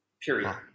period